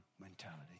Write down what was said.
mentality